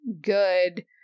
good